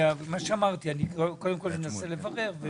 אני אנסה לברר.